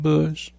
Bush